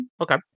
Okay